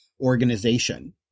organization